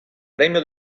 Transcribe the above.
premio